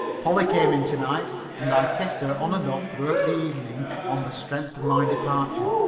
polly came in to-night and i kissed her on and off throughout the evening on the strength of my departure.